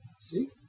See